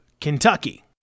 Kentucky